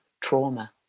trauma